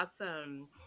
awesome